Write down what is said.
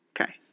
okay